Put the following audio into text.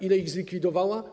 Ile ich zlikwidowała?